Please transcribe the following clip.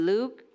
Luke